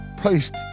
placed